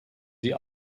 sie